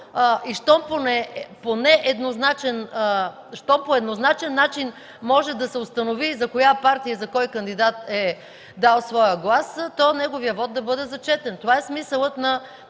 и щом по еднозначен начин може да се установи за коя партия и за кой кандидат е дал своя глас, то неговият вот да бъде зачетен. Това е смисълът на